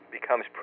becomes